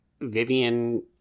Vivian